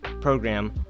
program